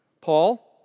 Paul